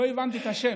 לא הבנתי את השם.